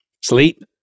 Sleep